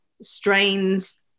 strains